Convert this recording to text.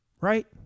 Right